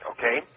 Okay